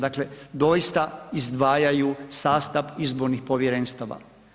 Dakle, doista izdvajaju sastav izbornih povjerenstava.